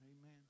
Amen